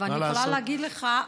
מה לעשות.